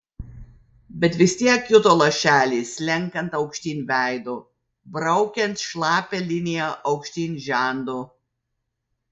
bet vis tiek juto lašelį slenkant aukštyn veidu braukiant šlapią liniją aukštyn žandu